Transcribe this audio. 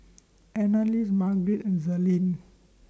Annalise Marget and